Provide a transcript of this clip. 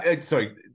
sorry